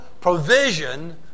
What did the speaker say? provision